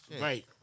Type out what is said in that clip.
Right